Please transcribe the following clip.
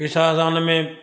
पैसा असां हुन में